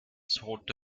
tote